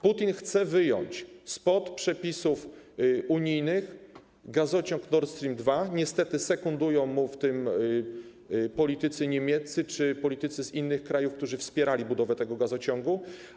Putin chce wyjąć spod przepisów unijnych gazociąg Nord Stream 2, niestety sekundują mu w tym politycy niemieccy czy politycy z innych krajów, którzy wspierali budowę tego gazociągu.